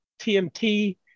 TMT